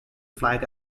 flag